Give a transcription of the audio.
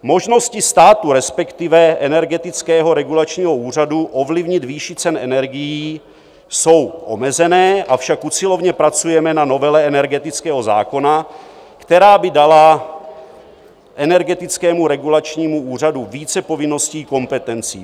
Možnosti státu, respektive Energetického regulačního úřadu ovlivnit výši cen energií jsou omezené, avšak usilovně pracujeme na novele energetického zákona, která by dala Energetickému regulačnímu úřadu více povinností, kompetencí.